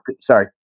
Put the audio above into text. sorry